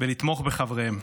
ולתמוך בחבריהם.